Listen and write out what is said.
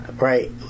right